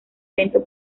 lento